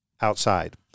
outside